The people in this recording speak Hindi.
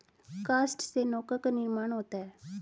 काष्ठ से नौका का निर्माण होता है